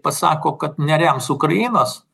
pasako kad nerems ukrainos